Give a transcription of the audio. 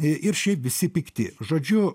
ir šiaip visi pikti žodžiu